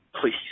please